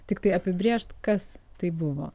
tiktai apibrėžt kas tai buvo